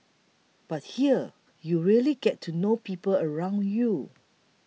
but here you really get to know people around you